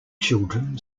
children